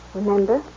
remember